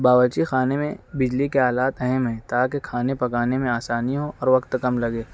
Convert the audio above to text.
باورچی خانے میں بجلی کے آلات اہم ہیں تاکہ کھانے پکانے میں آسانی ہو اور وقت کم لگے